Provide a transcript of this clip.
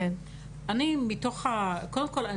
קודם כל,